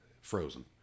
frozen